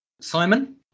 Simon